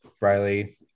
Riley